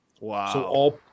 Wow